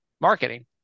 marketing